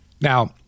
Now